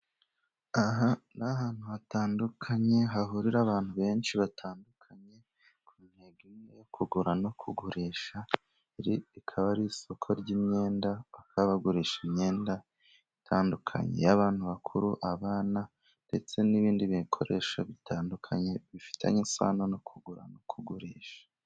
Aha ni ahantu hatandukanye hahurira abantu benshi batandukanye ku ntego imwe yo kugura no kugurisha, iri rikaba ari isoko ry'imyenda bakaba bagurisha imyenda itandukanye iy'abantu bakuru, abana ndetse n'ibindi bikoresho bitandukanye, bifitanye isano no kugura no kugurisha.